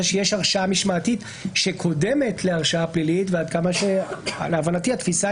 בה יש הרשעה משמעתית שקודמת להרשעה פלילית ולהבנתי התפיסה